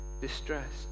distressed